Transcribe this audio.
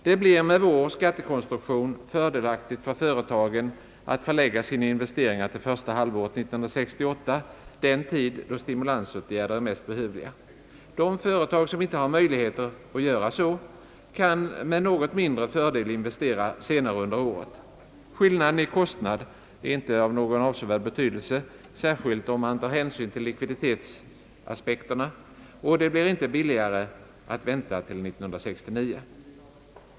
Det blir med vår skattekonstruktion fördelaktigt för företagen att förlägga sina investeringar till första halvåret 1968, den tid då stimulansåtgärder är mest behövliga. De företag, som inte har möjligheter att så göra, kan med något mindre fördel investera senare under året. Skillnaden i kostnad är inte av någon avsevärd betydelse — särskilt inte om man tar hänsyn till likviditetssynpunkterna — och det blir inte billigare att vänta till 1969.